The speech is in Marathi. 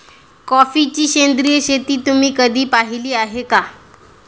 कॉफीची सेंद्रिय शेती तुम्ही कधी पाहिली आहे का?